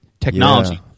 technology